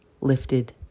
lifted